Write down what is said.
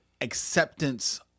acceptance